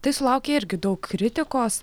tai sulaukė irgi daug kritikos